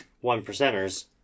one-percenters